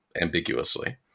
ambiguously